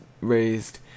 raised